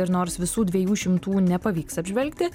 ir nors visų dviejų šimtų nepavyks apžvelgti